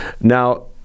Now